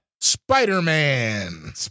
Spider-Man